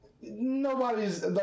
nobody's